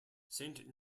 saint